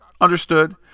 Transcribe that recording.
understood